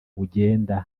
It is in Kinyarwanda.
ugenda